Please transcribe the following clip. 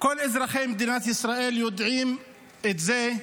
כל אזרחי מדינת ישראל יודעים את זה.